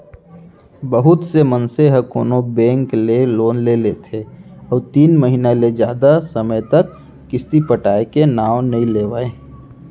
बहुत से मनसे ह कोनो बेंक ले लोन ले लेथे अउ तीन महिना ले जादा समे तक किस्ती पटाय के नांव नइ लेवय